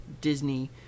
Disney